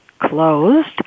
closed